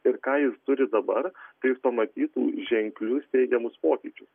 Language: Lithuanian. ir ką jis turi dabar tai jis pamatytų ženklius teigiamus pokyčius